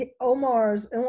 Omar's